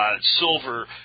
silver